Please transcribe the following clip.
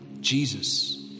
Jesus